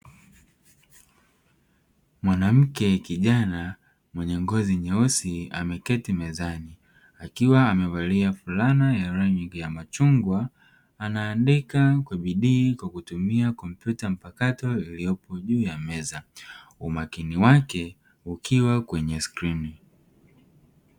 Mwanamke kijana mwenye ngozi nyeusi ameketi mezani akiwa amevalia fulana ya rangi ya machungwa. Anaandika kwa bidii kwa kutumia kompyuta mpakato iliyopo juu ya meza. Umakini wake ukiwa kwenye skrini.